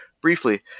briefly